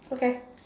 okay